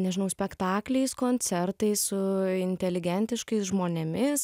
nežinau spektakliais koncertais su inteligentiškais žmonėmis